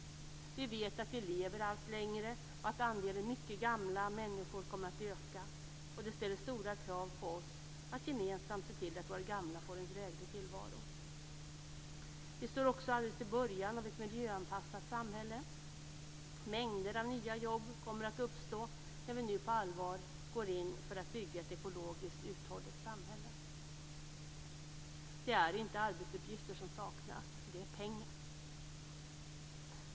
Vi vet att vi lever allt längre och att andelen mycket gamla människor kommer att öka. Det ställer stora krav på oss att gemensamt se till att våra gamla får en dräglig tillvaro. Vi står också alldeles i början av ett miljöanpassat samhälle. Mängder av nya jobb kommer att uppstå när vi nu på allvar går in för att bygga ett ekologiskt uthålligt samhälle. Det är inte arbetsuppgifter som saknas. Det är pengar.